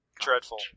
Dreadful